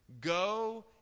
Go